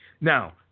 Now